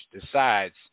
decides